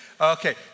Okay